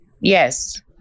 Yes